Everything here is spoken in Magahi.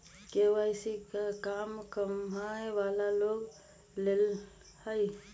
के.वाई.सी का कम कमाये वाला लोग के लेल है?